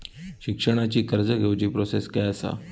शिक्षणाची कर्ज घेऊची प्रोसेस काय असा?